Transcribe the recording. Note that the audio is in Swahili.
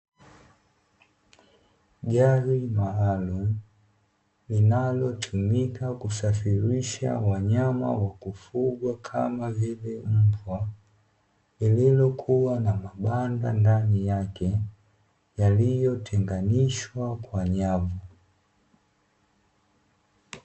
Gari maalumu linalotumika kusafirisha wanyama wa kufugwa kama vile mbwa, lililo kuwa na mabanda ndani yake, yaliyotenganishwa kwa nyavu.